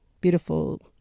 beautiful